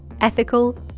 ethical